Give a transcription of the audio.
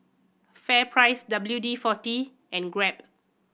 FairPrice W D Forty and Grab